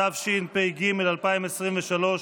התשפ"ג 2023,